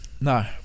no